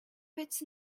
fits